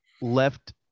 left